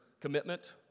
commitment